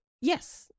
Yes